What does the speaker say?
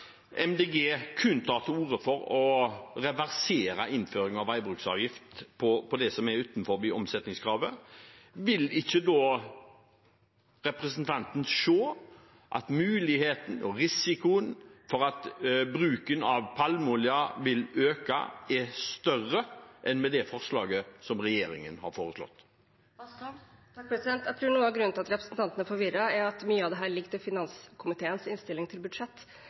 til orde for å reversere innføringen av veibruksavgift for biodrivstoff utenfor omsetningskravet, vil ikke da representanten se at risikoen for at bruken av palmeolje vil øke, er større enn med forslaget fra regjeringen? Jeg tror noe av grunnen til at representanten er forvirret, er at mye av dette ligger i finanskomiteens innstilling til budsjett.